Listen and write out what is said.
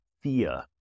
fear